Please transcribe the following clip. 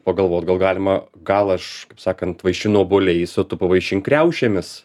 pagalvot gal galima gal aš kaip sakant vaišinu obuoliais o tu pavaišink kriaušėmis